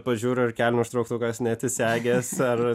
pažiūriu ar kelnių užtrauktukas neatsisegęs ar